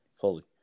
Fully